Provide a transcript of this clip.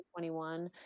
2021